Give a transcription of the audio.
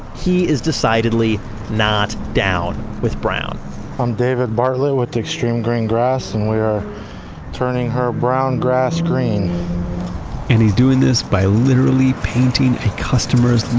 he is decidedly not down with brown i'm david bartlett with xtreme green grass and we are turning her brown grass green and he's doing this by literally painting a customer's